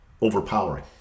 overpowering